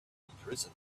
imprison